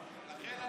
לכן,